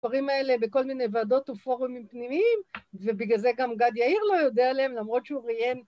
‫הדברים האלה בכל מיני ועדות ‫ופורומים פנימיים, ‫ובגלל זה גם גד יאיר לא יודע עליהם, ‫למרות שהוא ראיין.